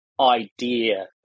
idea